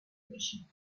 باشیم